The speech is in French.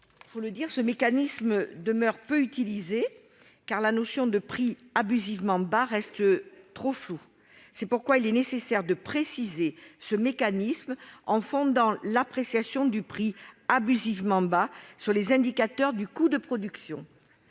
Toutefois, ce mécanisme demeure peu utilisé, car la notion de prix abusivement bas reste trop floue. C'est pourquoi il est nécessaire de préciser ce dispositif en fondant l'appréciation du prix abusivement bas sur les indicateurs du coût de production.